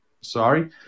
sorry